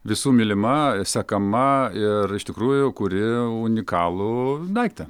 visų mylima sekama ir iš tikrųjų kuri unikalų daiktą